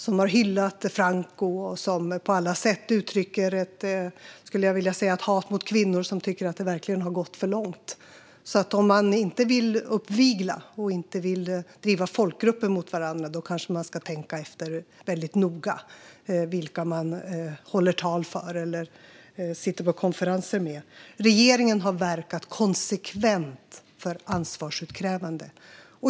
De har hyllat Franco och uttrycker på alla sätt ett hat mot kvinnor som tycker att det verkligen har gått för långt. Om man inte vill uppvigla och driva folkgrupper mot varandra ska man kanske tänka efter noga när det gäller vilka man håller tal för eller sitter på konferenser med. Regeringen har verkat konsekvent för ansvarsutkrävande.